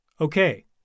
Okay